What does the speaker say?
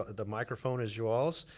the microphone is y'all's,